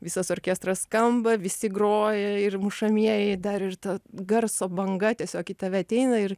visas orkestras skamba visi groja ir mušamieji dar ir ta garso banga tiesiog į tave ateina ir